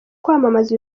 kwamamaza